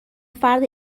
فرد